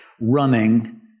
running